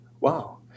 Wow